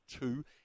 two